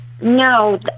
no